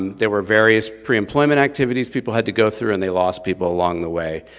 there were various pre-employment activities people had to go through and they lost people along the way.